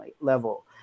level